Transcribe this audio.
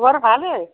মোৰ ভালেই